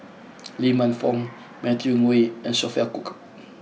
Lee Man Fong Matthew Ngui and Sophia Cooke